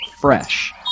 fresh